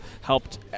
helped